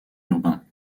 urbain